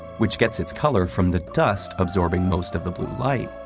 which gets its color from the dust absorbing most of the blue light,